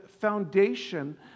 foundation